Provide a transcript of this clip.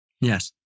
Yes